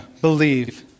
believe